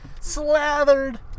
Slathered